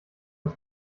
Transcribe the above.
als